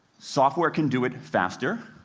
software can do it faster.